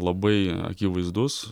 labai akivaizdus